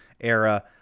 era